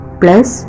plus